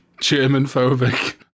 German-phobic